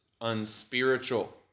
unspiritual